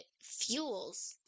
fuels